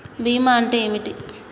బీమా అంటే ఏమిటి?